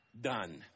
done